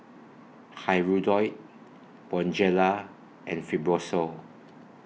Hirudoid Bonjela and Fibrosol